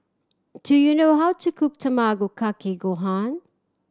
do you know how to cook Tamago Kake Gohan